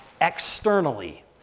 externally